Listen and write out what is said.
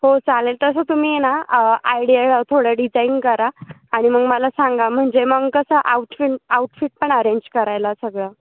हो चालेल तसं तुम्ही आहे ना आयडिया थोडं डिझाईन करा आणि मग मला सांगा म्हणजे मग कसं आउटफिन आऊटफिट पण अरेंज करायला सगळं